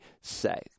say